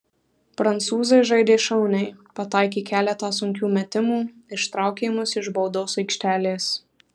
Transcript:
prancūzai žaidė šauniai pataikė keletą sunkių metimų ištraukė mus iš baudos aikštelės